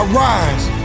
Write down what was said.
rise